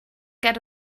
get